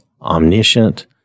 omniscient